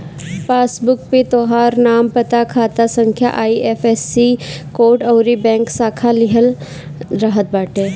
passbook पे तोहार नाम, पता, खाता संख्या, आई.एफ.एस.सी कोड अउरी बैंक शाखा लिखल रहत बाटे